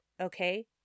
okay